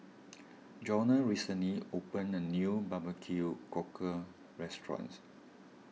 Jonah recently opened a new Barbecue Cockle restaurants